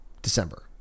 december